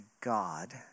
God